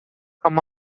come